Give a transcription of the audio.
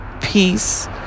peace